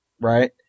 right